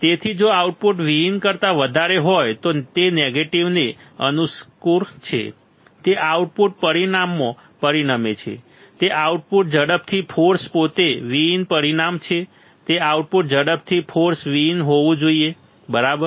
તેથી જો output Vin કરતા વધારે હોય તો તે નેગેટિવને અનુકૂળ છે તે આઉટપુટ પરિણામમાં પરિણમે છે કે આઉટપુટ ઝડપથી ફોર્સ પોતે Vin પરિણામ છે તે આઉટપુટ ઝડપથી ફોર્સ Vin હોવું જોઈએ બરાબર